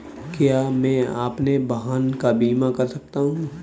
क्या मैं अपने वाहन का बीमा कर सकता हूँ?